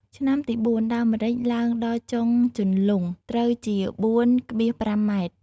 ឆ្នាំទី៤ ដើមម្រេចឡើងដល់ចុងជន្លង់ ត្រូវជា ៤,៥ម។